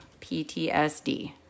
PTSD